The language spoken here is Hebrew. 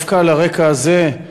דווקא על הרקע הזה,